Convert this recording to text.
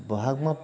বহাগ মাহ